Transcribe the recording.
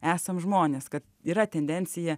esam žmonės kad yra tendencija